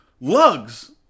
lugs